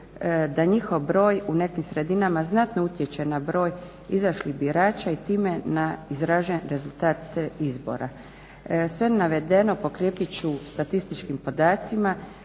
da njihov broj u nekim sredinama znatno utječe na broj izašlih birača i time na izražene rezultate izbora. Sve navedeno potkrijepit ću statističkim podacima